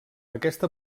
aquesta